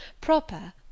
proper